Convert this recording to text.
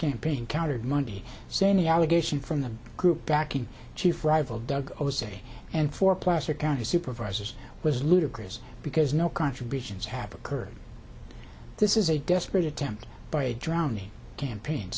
campaign countered monday saying the allegation from the group back in chief rival drug policy and for placer county supervisors was ludicrous because no contributions have occurred this is a desperate attempt by a drowning campaign